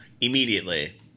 immediately